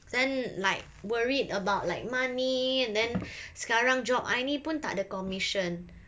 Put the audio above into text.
then like worried about like money and then sekarang job I ni pun tak ada commission